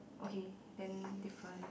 okay then different